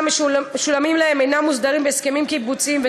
המשולמים להם אינם מוסדרים בהסכמים קיבוציים או